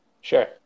Sure